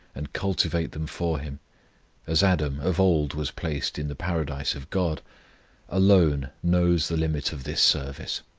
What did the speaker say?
and cultivate them for him as adam of old was placed in the paradise of god alone knows the limit of this service.